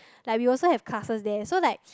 like we also have classes there so like